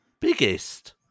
Biggest